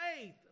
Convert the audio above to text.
faith